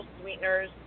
sweeteners